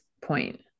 point